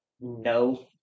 No